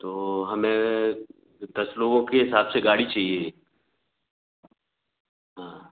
तो हमें दस लोगों के हिसाब से गाड़ी चाहिए हाँ